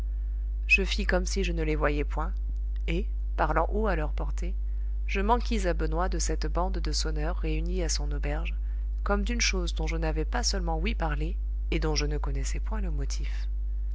je fis comme si je ne les voyais point et parlant haut à leur portée je m'enquis à benoît de cette bande de sonneurs réunis à son auberge comme d'une chose dont je n'avais pas seulement ouï parler et dont je ne connaissais point le motif